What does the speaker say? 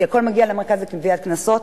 כי הכול מגיע למרכז לגביית קנסות,